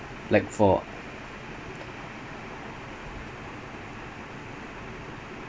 how can you like no you pay how can you get a player who's five years older